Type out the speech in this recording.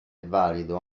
valido